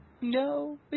No